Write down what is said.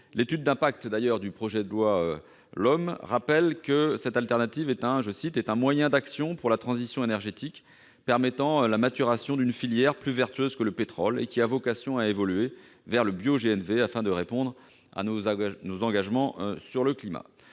l'étude d'impact du projet de loi souligne que cette alternative est « un moyen d'action pour la transition énergétique permettant la maturation d'une filière plus vertueuse que le pétrole et qui a vocation à évoluer vers le bioGNV afin de répondre à nos engagements sur le climat